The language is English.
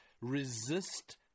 resist